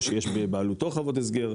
או שיש בבעלותו חוות הסגר,